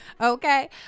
okay